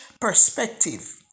perspective